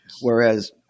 whereas